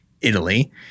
Italy